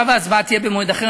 תשובה והצבעה במועד אחר,